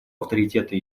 авторитета